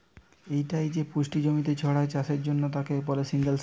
একটাই যে পুষ্টি জমিতে ছড়ায় চাষের জন্যে তাকে বলে সিঙ্গল সার